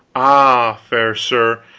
ah, fair sir,